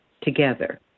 together